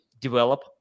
develop